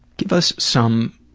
give us some